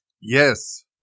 Yes